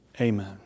amen